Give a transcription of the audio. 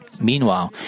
Meanwhile